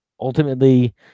ultimately